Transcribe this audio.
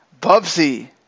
Bubsy